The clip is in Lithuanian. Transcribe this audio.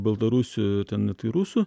baltarusių ten tai rusų